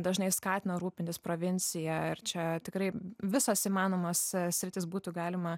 dažnai skatina rūpintis provincija ir čia tikrai visas įmanomas sritis būtų galima